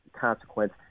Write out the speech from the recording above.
consequence